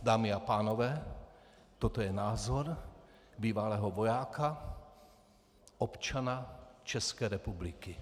Dámy a pánové, toto je názor bývalého vojáka, občana České republiky.